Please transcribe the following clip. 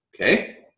okay